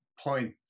point